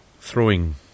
throwing